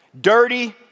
Dirty